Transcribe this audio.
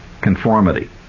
conformity